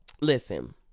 listen